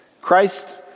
Christ